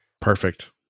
Perfect